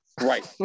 Right